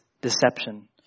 deception